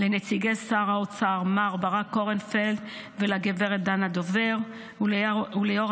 לנציגי שר האוצר מר ברק קורנפלד וגב' דנה דובר וליו"ר